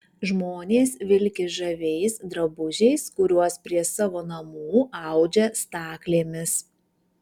žmonės vilki žaviais drabužiais kuriuos prie savo namų audžia staklėmis